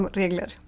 regler